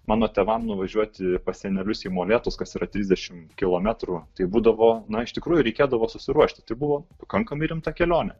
mano tėvam nuvažiuoti pas senelius į molėtus kas yra trisdešimt kilometrų tai būdavo na iš tikrųjų reikėdavo susiruošti tai buvo pakankamai rimta kelionė